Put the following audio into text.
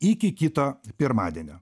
iki kito pirmadienio